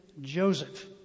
Joseph